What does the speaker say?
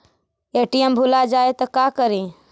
ATM भुला जाये त का करि?